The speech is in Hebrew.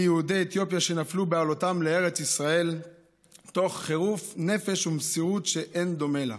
הכיסופים של יהודי אתיופיה לארץ ישראל הוא סמל ודוגמה לאהבת הארץ.